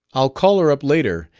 i'll call her up later.